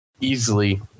easily